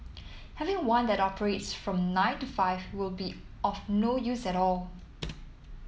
having one that operates from nine to five will be of no use at all